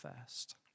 first